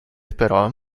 però